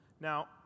Now